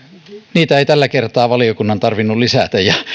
niitä ei tällä kertaa valiokunnan tarvinnut lisätä ja